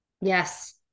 Yes